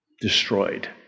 Destroyed